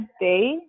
day